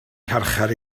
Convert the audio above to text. carchar